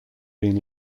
been